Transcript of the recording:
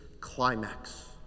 climax